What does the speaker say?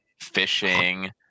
fishing